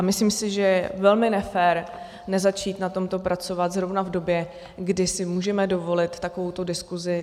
Myslím si, že je velmi nefér nezačít na tomto pracovat zrovna v době, kdy si můžeme dovolit takovouto diskusi.